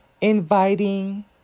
inviting